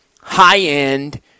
high-end